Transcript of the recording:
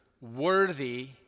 worthy